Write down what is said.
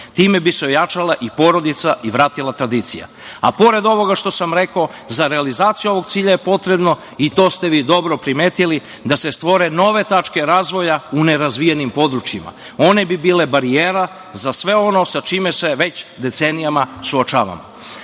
Time bi se ojačale i porodice i vratila tradicija. Pored ovoga što sam rekao, za realizaciju ovog cilja je potrebno, i to ste vi dobro primetili, da se stvore nove tačke razvoja u nerazvijenim područjima. One bi bile barijera za sve ono sa čime se već decenijama suočavamo. Naime,